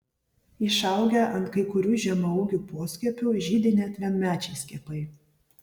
išaugę ant kai kurių žemaūgių poskiepių žydi net vienmečiai skiepai